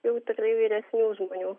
jau tikrai vyresnių žmonių